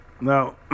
now